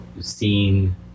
seeing